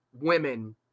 women